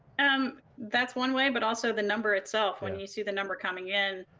and that's one way but also the number itself. when you see the number coming in.